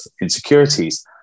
insecurities